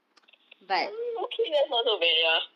mm okay that's not so bad ya